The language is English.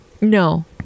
no